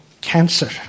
cancer